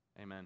Amen